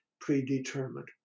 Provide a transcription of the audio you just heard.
predetermined